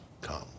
come